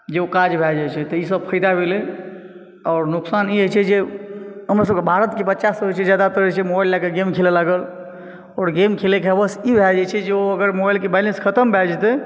जे ओ काज भए जाइ छै तऽ जे ई सभ फयदा भेलै आओर नुकसान ई होइ छै जे हमर सभ भारत के जे बच्चा सभ जे होइ छै जादातर मोबाइल ले कऽ गेम खेलऽ लागल आओर गेम खेलै के हवस ई भए जाइ छै जे ओ अगर मोबाइल के बैलेन्स खतम भए जेतै